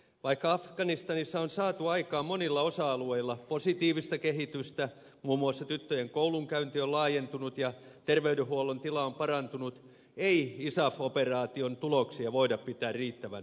vaikka afganistanissa on saatu aikaan monilla osa alueilla positiivista kehitystä muun muassa tyttöjen koulunkäynti on laajentunut ja terveydenhuollon tila on parantunut ei isaf operaation tuloksia voida pitää riittävän hyvinä